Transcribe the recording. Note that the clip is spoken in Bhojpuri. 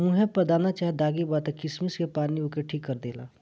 मुहे पर दाना चाहे दागी बा त किशमिश के पानी ओके ठीक कर देला